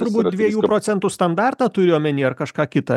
turbūt dviejų procentų standartą turiu omeny ar kažką kitą